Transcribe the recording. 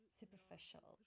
superficial